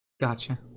Gotcha